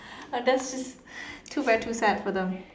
but that is two by two sides for them